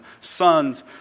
sons